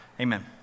Amen